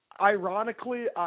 ironically